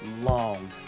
long